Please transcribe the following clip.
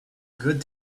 good